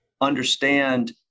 understand